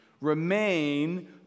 remain